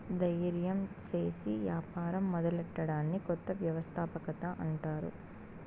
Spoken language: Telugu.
దయిర్యం సేసి యాపారం మొదలెట్టడాన్ని కొత్త వ్యవస్థాపకత అంటారు